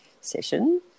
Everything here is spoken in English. session